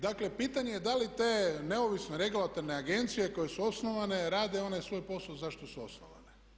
Dakle pitanje je da li te neovisne regulatorne agencije koje su osnovane rade onaj svoj posao zašto su osnovane.